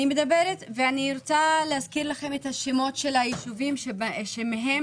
אני רוצה להזכיר לכם את השמות של הישובים שמהם